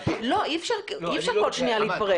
--- לא, אי אפשר כל שנייה להתפרץ.